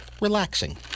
Relaxing